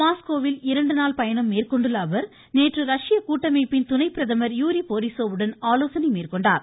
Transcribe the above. மாஸ்கோவில் இரண்டு நாள் பயணம் மேற்கொண்டுள்ள அவர் நேற்று ரஷ்ய கூட்டமைப்பின் துணை பிரதமர் யூரி போரிஸோ வுடன் ஆலோசனை மேற்கொண்டார்